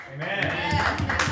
Amen